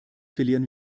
verlieren